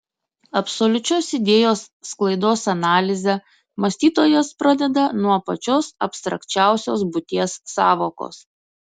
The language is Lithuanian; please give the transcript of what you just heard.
absoliučios idėjos sklaidos analizę mąstytojas pradeda nuo pačios abstrakčiausios būties sąvokos